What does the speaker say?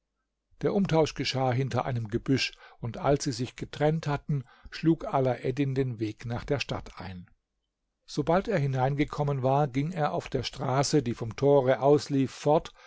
der umtausch geschah hinter einem gebüsch und als sie sich getrennt hatten schlug alaeddin den weg nach der stadt ein sobald er hineingekommen war ging er auf der straße die vom tore auslief fort